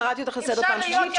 קראתי אותך לסדר פעם שלישית.